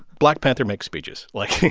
black panther makes speeches. like